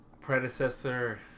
predecessor